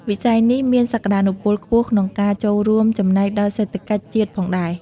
វិស័យនេះមានសក្តានុពលខ្ពស់ក្នុងការចូលរួមចំណែកដល់សេដ្ឋកិច្ចជាតិផងដែរ។